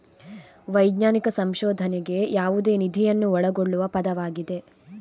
ವೈಜ್ಞಾನಿಕ ಸಂಶೋಧನೆಗೆ ಯಾವುದೇ ನಿಧಿಯನ್ನು ಒಳಗೊಳ್ಳುವ ಪದವಾಗಿದೆ